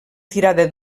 tirada